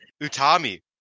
Utami